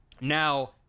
now